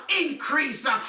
increase